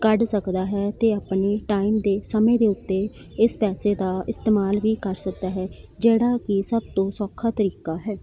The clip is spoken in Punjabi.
ਕੱਢ ਸਕਦਾ ਹੈ ਅਤੇ ਆਪਣੇ ਟਾਈਮ ਦੇ ਸਮੇਂ ਦੇ ਉੱਤੇ ਇਸ ਪੈਸੇ ਦਾ ਇਸਤੇਮਾਲ ਵੀ ਕਰ ਸਕਦਾ ਹੈ ਜਿਹੜਾ ਕਿ ਸਭ ਤੋਂ ਸੌਖਾ ਤਰੀਕਾ ਹੈ